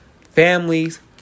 Families